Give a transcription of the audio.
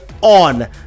on